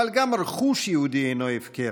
אבל גם רכוש יהודי אינו הפקר,